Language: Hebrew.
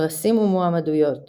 פרסים ומועמדויות